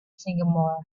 sycamore